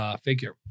Figure